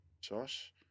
Josh